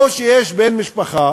או שיש בן משפחה